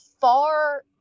far